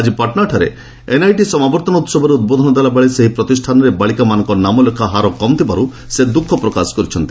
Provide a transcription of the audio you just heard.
ଆଜି ପାଟନାରେ ଏନ୍ଆଇଟି ସମାବର୍ତ୍ତନ ଉତ୍ସବରେ ଉଦ୍ବୋଧନ ଦେଲାବେଳେ ସେହି ପ୍ରତିଷ୍ଠାନରେ ବାଳିକାମାନଙ୍କ ନାମଲେଖା ହାର କମ୍ ଥିବାରୁ ସେ ଦୁଃଖ ପ୍ରକାଶ କରିଛନ୍ତି